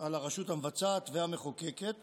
על הרשות המבצעת והמחוקקת